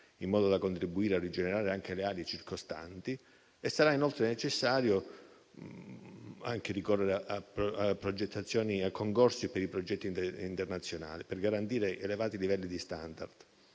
in modo da contribuire a rigenerare anche le aree circostanti e sarà inoltre necessario ricorrere a concorsi per i progetti internazionali per garantire elevati livelli di *standard*.